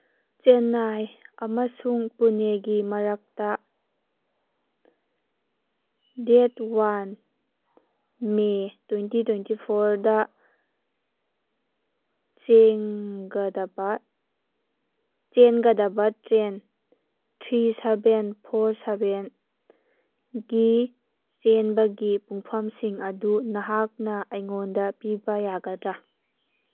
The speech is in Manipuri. ꯆꯦꯅꯥꯏ ꯑꯃꯁꯨꯡ ꯄꯨꯅꯦꯒꯤ ꯃꯔꯛꯇ date one May twenty twenty ꯐꯣꯔꯗ ꯆꯦꯟꯒꯗꯕ ꯇ꯭ꯔꯦꯟ ꯊ꯭ꯔꯤ ꯁꯕꯦꯟ ꯐꯣꯔ ꯁꯕꯦꯟꯒꯤ ꯆꯦꯟꯕꯒꯤ ꯄꯨꯡꯐꯝꯁꯤꯡ ꯑꯗꯨ ꯅꯍꯥꯛꯅ ꯑꯩꯉꯣꯟꯗ ꯄꯤꯕ ꯌꯥꯒꯗ꯭ꯔꯥ